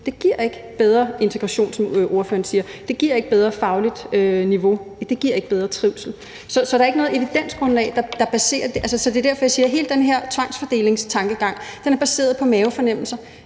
Det giver ikke bedre integration, som ordføreren siger. Det giver ikke bedre fagligt niveau. Det giver ikke bedre trivsel. Så der er ikke noget evidensgrundlag for det. Det er derfor, jeg siger, at hele den her tvangsfordelingstankegang er baseret på mavefornemmelser.